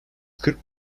kırk